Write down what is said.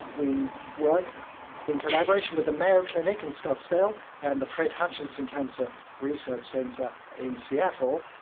we work in collaboration with the mayo clinic in scottsdale and the fred hutchinson cancer research centre in seattle.